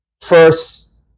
First